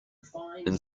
form